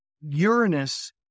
Uranus